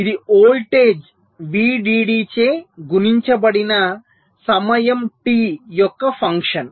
ఇది voltage VDD చే గుణించబడిన సమయం t యొక్క ఫంక్షన్